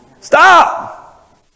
stop